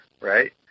right